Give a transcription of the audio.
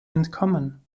entkommen